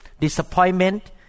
disappointment